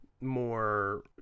more